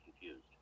confused